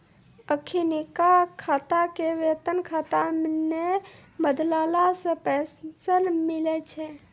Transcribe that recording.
अखिनका खाता के वेतन खाता मे नै बदलला से पेंशन नै मिलै छै